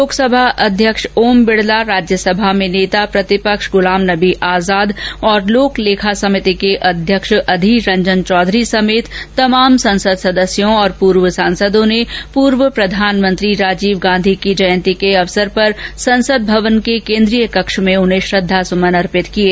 लोकसभा अध्यक्ष ओम बिरला राज्यसभा में नेता प्रतिपक्ष गुलाम नबी आजाद और लोक लेखा समिति के अध्यक्ष अधीर रंजन चौधरी समेत तमाम संसद सदस्यों और पूर्व सांसदों ने पूर्व प्रधानमंत्री राजीव गांधी की जयती के असवर पर संसद भवन के केन्द्रीय कक्ष में उन्हें श्रद्धासुमन अर्पित किये